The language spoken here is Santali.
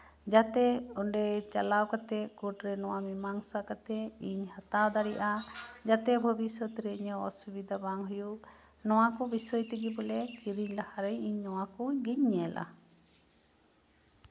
ᱡᱟᱛᱮ ᱚᱱᱰᱮ ᱪᱟᱞᱟᱣ ᱠᱟᱛᱮᱜ ᱱᱚᱣᱟ ᱢᱤᱢᱟᱝᱥᱟ ᱠᱟᱛᱮᱜ ᱤᱧ ᱦᱟᱛᱟᱣ ᱫᱟᱲᱮᱭᱟᱜᱼᱟ ᱡᱟᱛᱮᱜ ᱵᱷᱚᱵᱤᱥᱚᱛᱨᱮ ᱤᱧᱟᱜ ᱚᱥᱩᱵᱤᱫᱷᱟ ᱵᱟᱝ ᱦᱩᱭᱩᱜ ᱱᱚᱣᱟ ᱠᱚ ᱵᱤᱥᱚᱭ ᱜᱮ ᱠᱤᱨᱤᱧ ᱞᱟᱦᱟᱨᱮ ᱱᱚᱣᱟ ᱠᱚ ᱜᱤᱧ ᱧᱮᱞᱟ